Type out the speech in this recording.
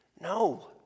No